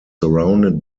surrounded